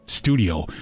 studio